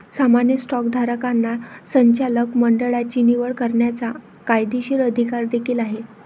सामान्य स्टॉकधारकांना संचालक मंडळाची निवड करण्याचा कायदेशीर अधिकार देखील आहे